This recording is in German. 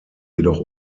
jedoch